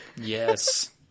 Yes